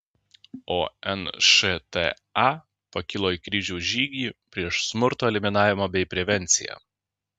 o nšta pakilo į kryžiaus žygį prieš smurto eliminavimą bei prevenciją